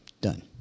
Done